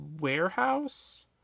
warehouse